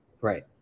Right